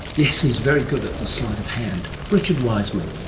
yes, he's very good at the sleight of hand. richard wiseman,